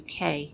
UK